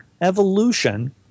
evolution